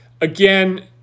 Again